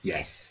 Yes